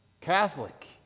Catholic